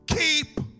keep